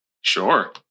Sure